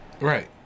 Right